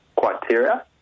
criteria